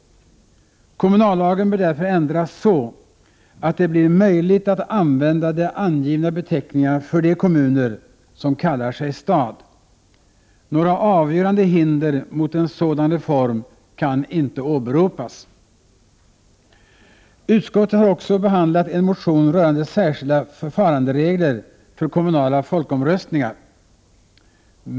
Kommunallagen bör därför ändras så att det blir möjligt att använda de angivna beteckningarna för de kommuner som kallar sig stad. Några avgörande hinder mot en sådan reform kan inte åberopas. Utskottet har också behandlat en motion rörande särskilda förfaranderegler för kommunala folkomröstningar.